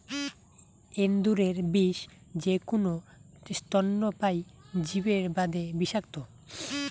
এন্দুরের বিষ যেকুনো স্তন্যপায়ী জীবের বাদে বিষাক্ত,